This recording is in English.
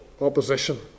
opposition